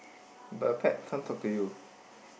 but a pet can't talk to you